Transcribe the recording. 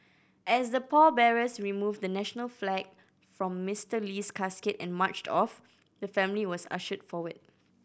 as the pallbearers removed the national flag from Mister Lee's casket and marched off the family was ushered forward